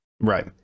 right